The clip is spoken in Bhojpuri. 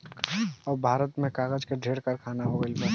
अब भारत में कागज के ढेरे कारखाना हो गइल बा